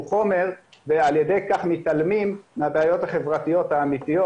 חומר ועל ידי כך מתעלמים מהבעיות החברתיות האמיתיות